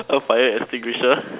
a fire extinguisher